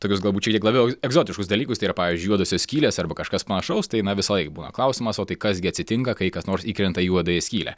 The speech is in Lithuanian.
tokius galbūt šiek tiek labiau egzotiškus dalykus tai yra pavyzdžiui juodosios skylės arba kažkas panašaus tai na visąlaik būna klausimas o tai kas gi atsitinka kai kas nors įkrenta į juodąją skylę